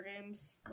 games